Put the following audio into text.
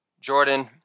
Jordan